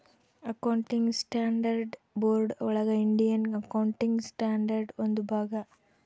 accounting standards board ಒಳಗ Indian accounting standard ಒಂದು ಭಾಗ